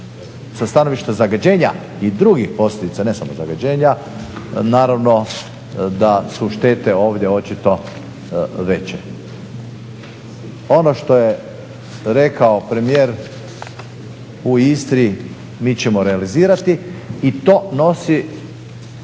sa stanovišta zagađenja i drugih posljedica, ne samo zagađenja, naravno da su štete ovdje očito veće. Ono što je rekao premijer u Istri mi ćemo realizirati i to nosi